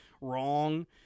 wrong